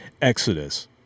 Exodus